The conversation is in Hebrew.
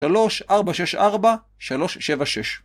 3 4 6 4 3 7 6